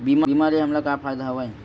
बीमा ले हमला का फ़ायदा हवय?